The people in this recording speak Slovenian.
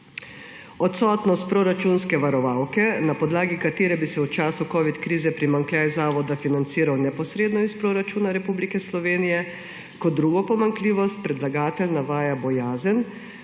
odsotnost proračunske varovalke, na podlagi katere bi se v času covid krize primanjkljaj zavoda financiral neposredno iz proračuna Republike Slovenije. Kot drugo pomanjkljivost predlagatelj navaja bojazen,